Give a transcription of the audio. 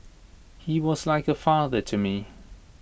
he was like A father to me